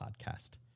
podcast